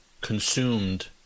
consumed